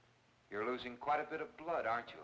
you're losing quite a bit of blood aren't you